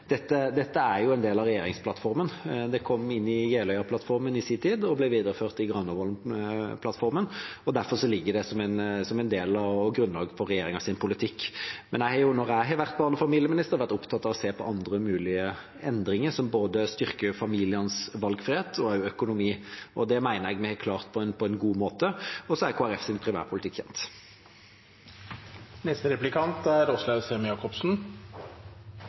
dette er en del av regjeringsplattformen. Det kom inn i Jeløya-plattformen i sin tid og ble videreført i Granavolden-plattformen. Derfor ligger det som en del av og et grunnlag for regjeringas politikk. Men når jeg har vært barne- og familieminister, har jeg vært opptatt av å se på andre mulige endringer som både styrker familienes valgfrihet og økonomi, og det mener jeg vi har klart på en god måte. Og så er Kristelig Folkepartis primærpolitikk